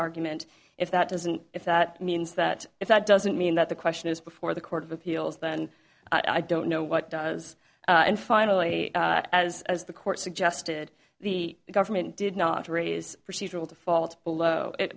argument if that doesn't if that means that if that doesn't mean that the question is before the court of appeals then i don't know what does and finally as the court suggested the government did not raise procedural defaults below